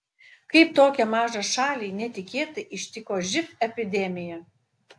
kaip tokią mažą šalį netikėtai ištiko živ epidemija